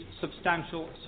substantial